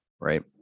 Right